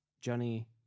Johnny